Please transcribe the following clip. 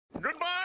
Goodbye